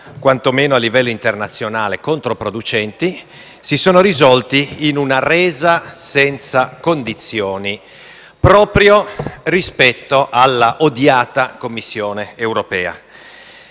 quantomeno a livello internazionale, siano controproducenti) si sono risolti in una resa senza condizioni proprio a quella stessa Commissione europea